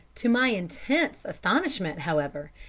to my intense astonishment, however,